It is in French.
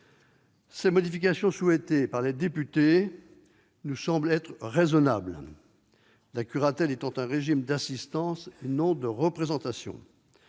Ces modifications souhaitées par les députés nous semblent raisonnables, la curatelle étant un régime d'assistance et non de représentation.